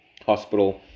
hospital